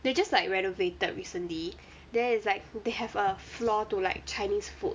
they just like renovated recently then is like they have a floor to like chinese food